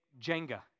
Jenga